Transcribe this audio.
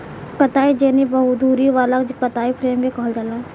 कताई जेनी बहु धुरी वाला कताई फ्रेम के कहल जाला